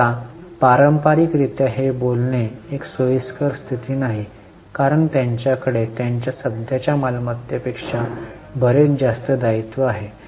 आता पारंपारिक रित्या हे बोलणे एक सोयीस्कर स्थिती नाही कारण त्यांच्याकडे त्यांच्या सध्याच्या मालमत्तेपेक्षा बरेच जास्त दायित्व आहे